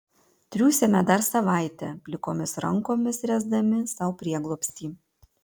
triūsėme dar savaitę plikomis rankomis ręsdami sau prieglobstį